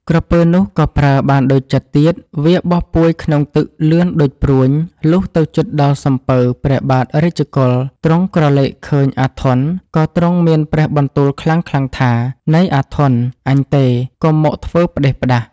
ក្រពើនោះក៏ប្រើបានដូចចិត្តទៀត វាបោះពួយក្នុងទឹកលឿនដូចព្រួញ លុះទៅជិតដល់សំពៅ ព្រះបាទរាជ កុលៗ ទ្រង់ក្រឡេកឃើញ អាធន់ ក៏ទ្រង់មានព្រះបន្ទូលខ្លាំងៗ ថា " នៃ អាធន់ ! អញទេ កុំមកធ្វើផ្តេសផ្តាស " ។